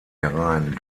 herein